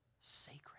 sacred